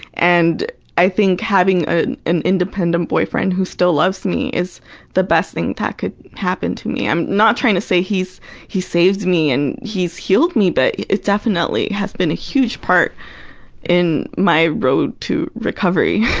and i think having ah an independent boyfriend who still loves me is the best thing that could happen to me. i'm not trying to say he's he saved me and he's healed me, but it definitely has been a huge part in my road to recovery.